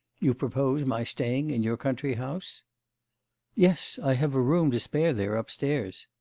you propose my staying in your country house yes i have a room to spare there upstairs